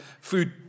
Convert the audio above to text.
food